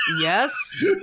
Yes